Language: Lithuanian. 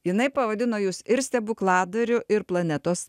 jinai pavadino jus ir stebukladariu ir planetos